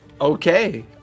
Okay